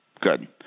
good